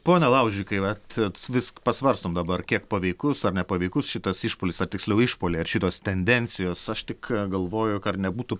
pone laužikai vat vis pasvarstom dabar kiek paveikus ar nepavykus šitas išpuolis ar tiksliau išpuoliai ar šitos tendencijos aš tik galvoju kad nebūtų